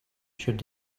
should